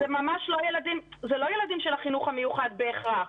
זה ממש לא ילדים של החינוך המיוחד בהכרח,